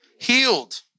Healed